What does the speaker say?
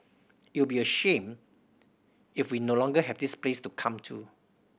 it'll be a shame if we no longer have this place to come to